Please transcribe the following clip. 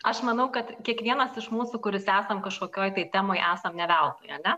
aš manau kad kiekvienas iš mūsų kuris esam kažkokioj tai temoj esam ne veltui ane